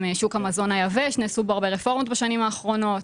שוק המזון היבש בו נעשו הרבה רפורמות בשנים האחרונות,